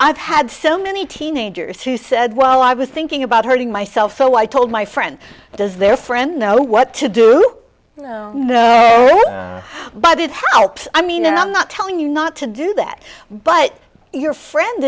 i've had so many teenagers who said well i was thinking about hurting myself so i told my friend does their friend know what to do but it helps i mean i'm not telling you not to do that but your friend